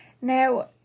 Now